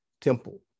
temple